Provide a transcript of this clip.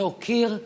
להוקיר,